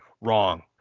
Wrong